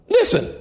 Listen